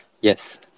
Yes